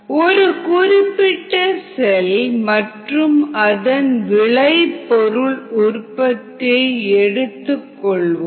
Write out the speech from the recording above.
ஒரு குறிப்பிட்ட செல் மற்றும் அதன் விளை பொருள் உற்பத்தியை எடுத்துக் கொள்வோம்